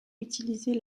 utilisés